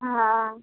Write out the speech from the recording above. हाँ